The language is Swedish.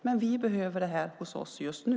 Men vi behöver det hos oss just nu.